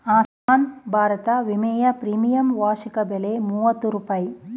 ಆಸ್ಮಾನ್ ಭಾರತ ವಿಮೆಯ ಪ್ರೀಮಿಯಂ ವಾರ್ಷಿಕ ಬೆಲೆ ಮೂವತ್ತು ರೂಪಾಯಿ